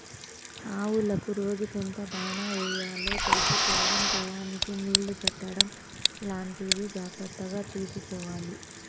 ఆవులకు రోజుకెంత దాణా యెయ్యాలో తెలుసుకోడం టైయ్యానికి నీళ్ళు పెట్టడం లాంటివి జాగర్తగా చూసుకోవాలి